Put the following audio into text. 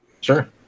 sure